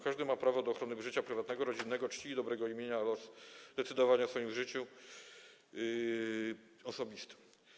Każdy ma prawo do ochrony życia prywatnego, rodzinnego, czci i dobrego imienia oraz decydowania o swoim życiu osobistym.